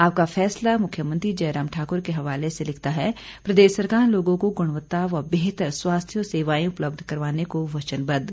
आपका फैसला मुख्यमंत्री जयराम ठाकुर के हवाले से लिखता है प्रदेश सरकार लोगों को गुणवत्ता व बेहतर स्वास्थ्य सेवाएं उपलब्ध करवाने को वचनबद्व